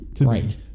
Right